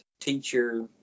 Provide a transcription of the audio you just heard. teacher